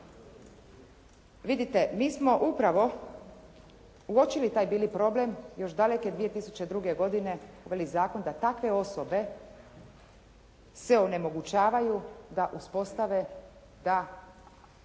Vidite, mi smo upravo uočili taj bili problem još daleke 2002. godine, uveli zakon da takve osobe se ne onemogućavaju da uspostave, da